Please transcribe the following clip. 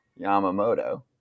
Yamamoto